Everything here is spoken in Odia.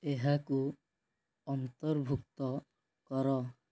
ଏହାକୁ ଅନ୍ତର୍ଭୁକ୍ତ କର